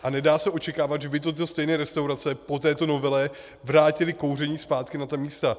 A nedá se očekávat, že by stejné restaurace po této novele vrátily kouření zpátky na ta místa.